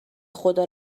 خدا